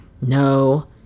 No